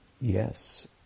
yes